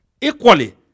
equally